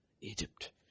Egypt